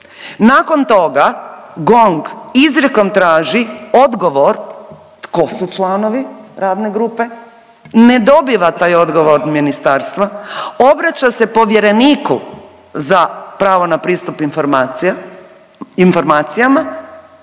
Nakon toga GONG izrijekom traži odgovor tko su članovi radne grupe, ne dobiva taj odgovor od ministarstva, obraća se povjereniku za pravo na pristup informacijama,